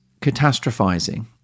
catastrophizing